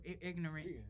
ignorant